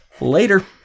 Later